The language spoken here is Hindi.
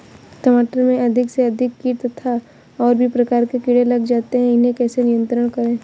टमाटर में अधिक से अधिक कीट तथा और भी प्रकार के कीड़े लग जाते हैं इन्हें कैसे नियंत्रण करें?